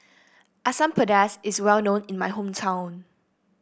Asam Pedas is well known in my hometown